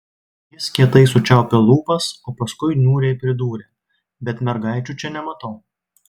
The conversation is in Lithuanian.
jis kietai sučiaupė lūpas o paskui niūriai pridūrė bet mergaičių čia nematau